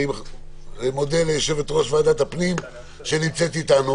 אני מודה ליושבת-ראש ועדת הפנים שנמצאת איתנו